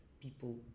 people